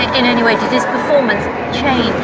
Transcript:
in any way, did his performance change